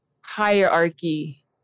hierarchy